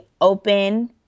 open